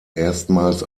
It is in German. erstmals